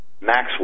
Maxwell